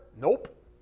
Nope